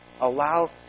Allow